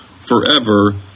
forever